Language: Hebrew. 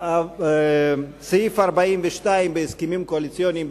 סעיף 42 בהסכמים הקואליציוניים,